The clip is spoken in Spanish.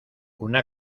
una